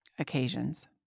occasions